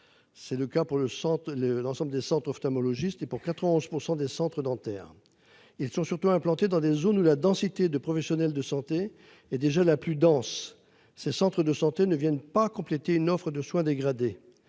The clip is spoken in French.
Centre, le l'ensemble des centres ophtalmologiste et pour 91% des centres dentaires. Ils sont surtout implantés dans des zones où la densité de professionnels de santé et déjà la plus dense. Ces centres de santé ne viennent pas compléter une offre de soins dégradé